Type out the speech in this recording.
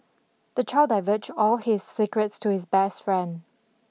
the child divulged all his secrets to his best friend